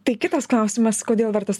tai kitas klausimas kodėl vertas